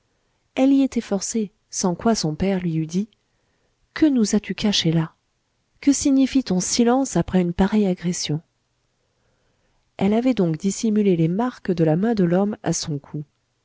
elle y était forcée sans quoi son père lui eût dit que nous as-tu caché là que signifie ton silence après une pareille agression elle avait donc dissimulé les marques de la main de l'homme à son cou